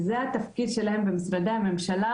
בעלי תפקידים שזה התפקיד שלהם במשרדי הממשלה,